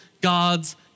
God's